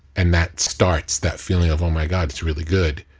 and that starts, that feeling of oh my god, it's really good,